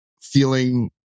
feeling